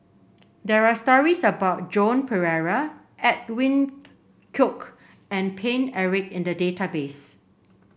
there are stories about Joan Pereira Edwin Koek and Paine Eric in the database